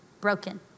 broken